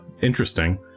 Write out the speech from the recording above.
interesting